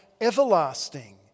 everlasting